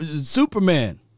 Superman